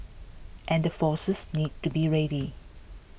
and the forces need to be ready